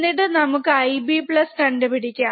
എന്നിട്ട് നമുക്ക് Ib കണ്ടുപിടിക്കാം